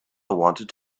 wanted